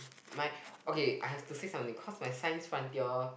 my okay I have to say something cause my science frontier they all